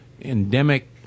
endemic